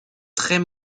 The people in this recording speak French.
très